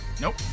Nope